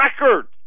records